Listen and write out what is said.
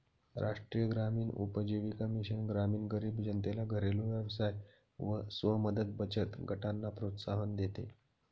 राष्ट्रीय ग्रामीण उपजीविका मिशन ग्रामीण गरीब जनतेला घरेलु व्यवसाय व स्व मदत बचत गटांना प्रोत्साहन देते